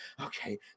okay